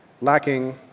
lacking